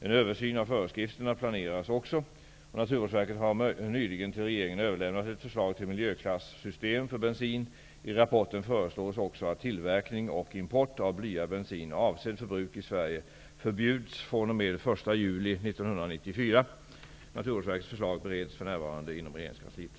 En översyn av föreskrifterna planeras också. Naturvårdsverket har nyligen till regeringen överlämnat ett förslag till miljöklassystem för bensin. I rapporten föreslås också att tillverkning och import av blyad bensin avsedd för bruk i Naturvårdsverkets förslag bereds för närvarande inom regeringskansliet.